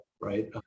right